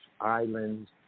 islands